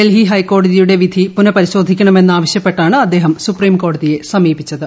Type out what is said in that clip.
ഡൽഹി ഹൈക്കോടതിയുടെ വിധി പുനപരിശോധിക്കണമെന്ന് ആവശ്യപ്പെട്ടാണ് അദ്ദേഹം സുപ്രീംകോടതിയെ സമീപിച്ചത്